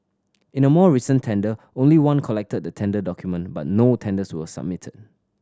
in a more recent tender only one collected the tender document but no tenders were submitted